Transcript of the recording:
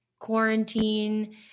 quarantine